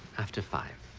after five